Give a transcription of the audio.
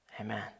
Amen